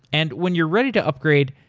and when you're ready to upgrade,